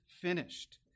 finished